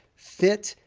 fit,